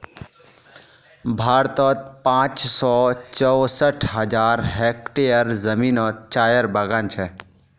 भारतोत पाँच सौ चौंसठ हज़ार हेक्टयर ज़मीनोत चायेर बगान छे